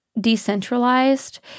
decentralized